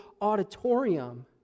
auditorium